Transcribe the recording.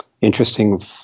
interesting